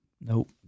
Nope